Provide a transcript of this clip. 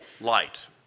light